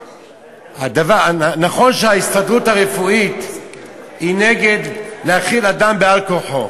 נכון שההסתדרות הרפואית היא נגד האכלת אדם על-כורחו.